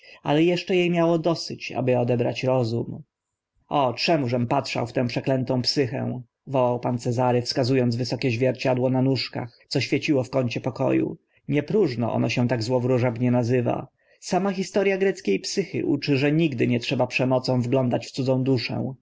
ale eszcze e miało dosyć aby odebrać rozum o czemużem patrzał w tę przeklętą psychę wołał pan cezary wskazu ąc wysokie zwierciadło na nóżkach co świeciło w kącie poko u nie próżno ono się tak złowróżebnie nazywa sama historia greckie psychy uczy że nigdy nie trzeba przemocą wglądać w cudzą duszę